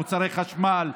מוצרי חשמל,